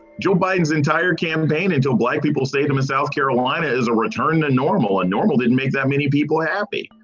joe biden's entire campaign and joe black people say to me, south carolina is a return to normal and normal, didn't make that many people happy.